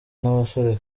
n’abasore